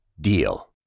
DEAL